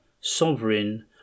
Sovereign